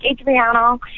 Adriano